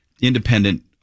independent